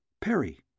Perry